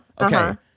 Okay